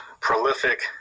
prolific